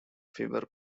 fever